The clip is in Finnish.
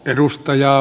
puhemies